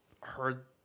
heard